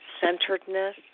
centeredness